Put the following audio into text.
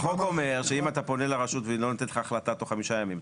החוק אומר שאם אתה פונה לרשות והיא לא נותנת לך החלטה תוך חמישה ימים,